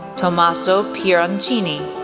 tommaso pieroncini,